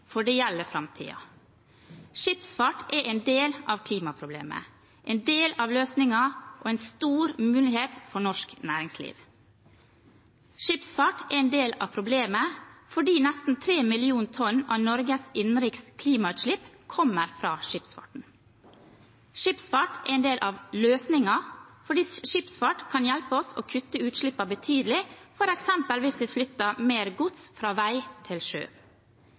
for det gjelder framtiden. Skipsfart er en del av klimaproblemet, en del av løsningen og en stor mulighet for norsk næringsliv: Skipsfart er en del av problemet fordi nesten 3 mill. tonn av Norges innenriks klimautslipp kommer fra skipsfarten. Skipsfart er en del av løsningen fordi skipsfart kan hjelpe oss å kutte utslippene betydelig, f.eks. hvis vi flytter mer gods fra vei til sjø.